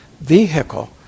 vehicle